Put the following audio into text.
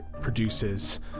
produces